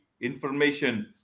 information